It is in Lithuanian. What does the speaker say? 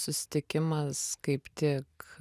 susitikimas kaip tik